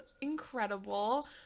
incredible